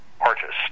artist